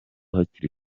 hakiri